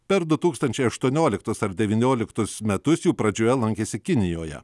per du tūkstančiai aštuonioliktus ar devynioliktus metus jų pradžioje lankėsi kinijoje